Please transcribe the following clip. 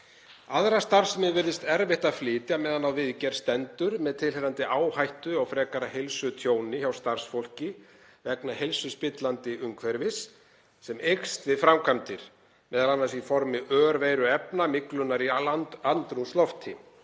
Aðra starfsemi virðist erfitt að flytja meðan á viðgerð stendur með tilheyrandi áhættu á frekara heilsutjóni hjá starfsfólki vegna heilsuspillandi umhverfis sem eykst við framkvæmdir, m.a. í formi örveiruefna myglunnar í andrúmslofti.